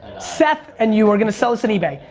seth and you are gonna sell this on ebay.